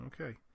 Okay